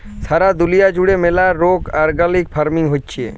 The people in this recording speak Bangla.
সারা দুলিয়া জুড়ে ম্যালা রোক অর্গ্যালিক ফার্মিং হচ্যে